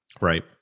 Right